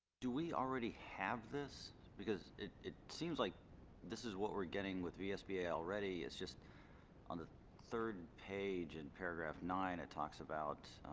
do we already have this because it it seems like this is what we're getting with the vsba already is just under the third page and paragraph nine it talks about